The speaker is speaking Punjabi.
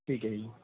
ਠੀਕ ਹੈ ਜੀ